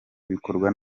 bikorwa